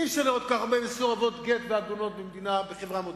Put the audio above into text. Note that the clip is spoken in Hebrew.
אי-אפשר לראות כל כך הרבה מסורבות גט ועגונות בחברה מודרנית.